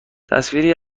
تصویری